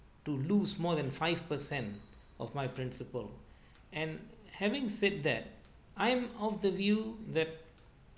to lose more than five percent of my principal and having said that I'm of the view that